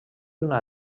una